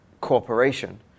corporation